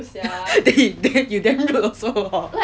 then you damn rude also hor